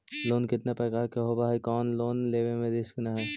Loan कितना प्रकार के होबा है कोन लोन लेब में रिस्क न है?